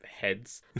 heads